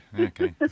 Okay